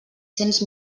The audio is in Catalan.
cents